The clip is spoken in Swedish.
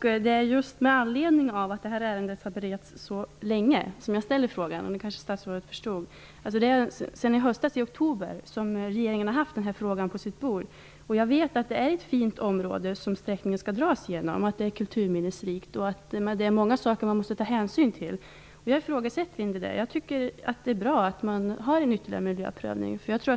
Det är just med anledning av att det här ärendet har beretts så länge som jag ställer frågan. Det kanske statsrådet förstod. Det är ända sedan i oktober i höstas som regeringen har haft den här frågan på sitt bord. Jag vet att det är ett fint område som sträckningen skall dras genom. Det är kulturminnesrikt, och man måste ta hänsyn till många saker. Jag ifrågasätter inte det. Jag tycker att det är bra att man gör ytterligare en miljöprövning.